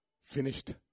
Finished